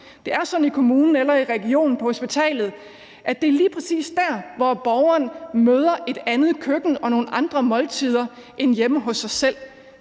Det er sådan i kommunen eller regionen på hospitalet, at det er lige præcis der, hvor borgeren møder et andet køkken og nogle andre måltider end hjemme hos sig selv.